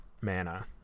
mana